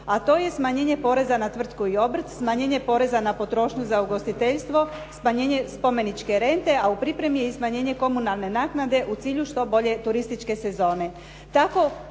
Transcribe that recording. a to je smanjenje poreza na tvrtku i obrt, smanjenje poreza na potrošnju za ugostiteljstvo, smanjenje spomeničke rente, a u pripremi je i smanjenje komunalne naknade u cilju što bolje turističke sezone.